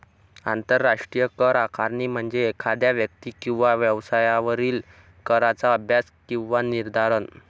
आंतरराष्ट्रीय कर आकारणी म्हणजे एखाद्या व्यक्ती किंवा व्यवसायावरील कराचा अभ्यास किंवा निर्धारण